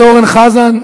חבר הכנסת אורן חזן,